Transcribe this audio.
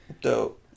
Dope